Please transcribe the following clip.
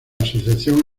asociación